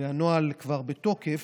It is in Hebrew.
והנוהל כבר בתוקף,